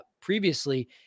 previously